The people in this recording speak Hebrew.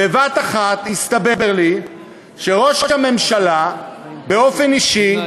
בבת-אחת הסתבר לי שראש הממשלה, באופן אישי,